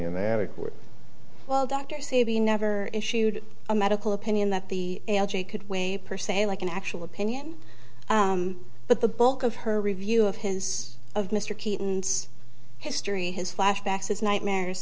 inadequate well doctors say he never issued a medical opinion that the algae could weigh per se like an actual opinion but the bulk of her review of his of mr keaton history has flashbacks his nightmares